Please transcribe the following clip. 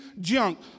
junk